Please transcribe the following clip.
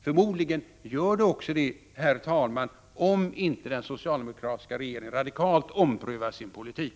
Förmodligen gör det också det, herr talman, om inte den socialdemokratiska regeringen radikalt omprövar sin politik.